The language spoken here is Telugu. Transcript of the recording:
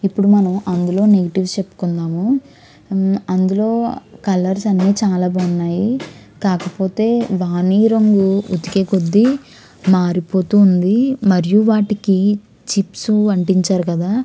ఇప్పుడు మనం అందులో నెగటివ్స్ చెప్పుకుందాము అందులో కలర్స్ అన్నీ చాలా బాగున్నాయి కాకపోతే ఓణీ రంగు ఉతికే కొద్దీ మారిపోతూ ఉంది మరియు వాటికి చిప్స్ అంటించారు కదా